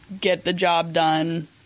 get-the-job-done